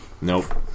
Nope